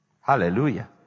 Hallelujah